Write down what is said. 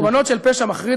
קורבנות של פשע מחריד,